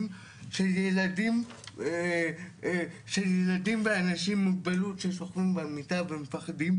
של ילדים ואנשים עם מוגבלות ששוכבים במיטה ומפחדים,